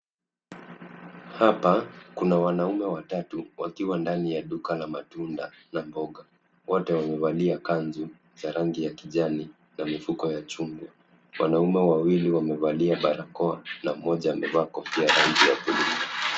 Hapa kuna wanaume watatu wakiwa ndani ya duka la matunda na mboga. Wote wamevalia kanzu za rangi ya kijani na mifuko ya chungwa . Wanaume wawili wamevalia barakoa na mmoja amevaa kofia ya rangi ya buluu.